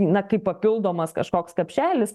na kaip papildomas kažkoks kapšelis